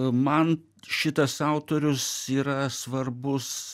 man šitas autorius yra svarbus